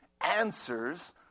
answers